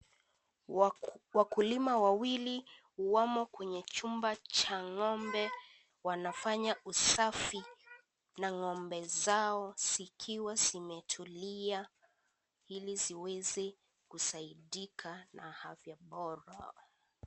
Wakulima wawili wamo kwenye chumba cha ng'ombe wanafanya usafi na ng'ombe zao zikiwa zimetulia ili ziweze kusaidika na afya bora.